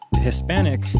Hispanic